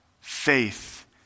faith